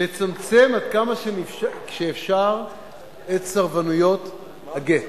לצמצם עד כמה שאפשר את סרבנויות הגט.